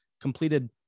completed